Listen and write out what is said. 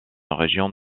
région